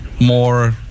more